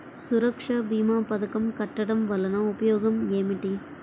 సురక్ష భీమా పథకం కట్టడం వలన ఉపయోగం ఏమిటి?